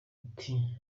ati